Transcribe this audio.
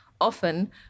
Often